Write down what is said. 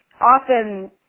Often